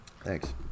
Thanks